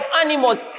animals